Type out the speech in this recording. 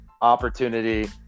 opportunity